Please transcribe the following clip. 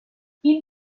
این